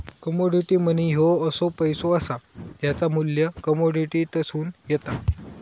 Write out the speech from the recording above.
commodity money ह्यो असो पैसो असा ज्याचा मू्ल्य कमोडिटीतसून येता